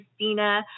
Christina